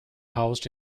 housed